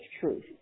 truth